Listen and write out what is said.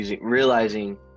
realizing